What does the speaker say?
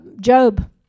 Job